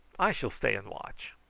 i shall stay and watch.